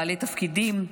בעלי תפקידים,